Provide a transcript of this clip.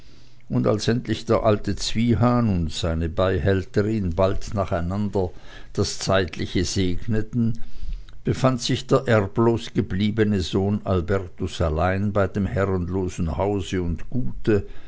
und als endlich der alte zwiehan und seine beihälterin bald nacheinander das zeitliche segneten befand sich der erblos gebliebene sohn albertus allein bei dem herrenlosen hause und gute